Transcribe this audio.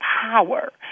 power